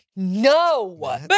No